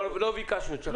לא ביקשת את שלך.